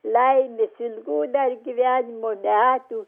meilės ilgų dar gyvenimo metų